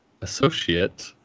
associate